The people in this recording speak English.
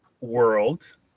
world